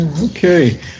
Okay